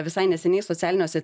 visai neseniai socialiniuose